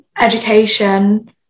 education